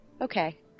Okay